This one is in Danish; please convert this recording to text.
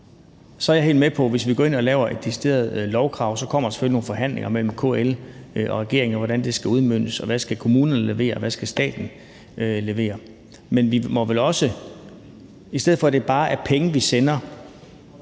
Så er jeg helt med på, at hvis vi går ind og laver et decideret lovkrav, så kommer der selvfølgelig nogle forhandlinger mellem KL og regeringen om, hvordan det skal udmøntes: Hvad skal kommunerne levere, og hvad skal staten levere? Men i stedet for at det konstant bare er penge, vi sender,